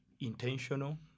intentional